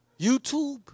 YouTube